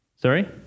sorry